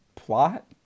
plot